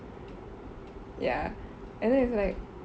ya and then it's like